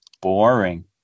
boring